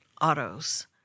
autos